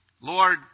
Lord